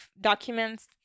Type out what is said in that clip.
documents